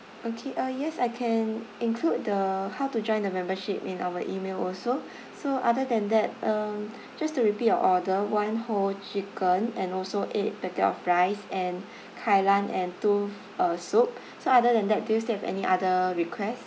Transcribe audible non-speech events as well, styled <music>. okay ah yes I can include the how to join the membership in our email also <breath> so other than that um <breath> just to repeat your order one whole chicken and also eight packet of rice and <breath> kai lan and two uh soup <breath> so other than that do you still have any other requests